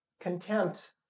contempt